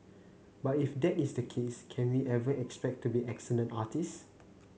but if that is the case can we ever expect to be excellent artists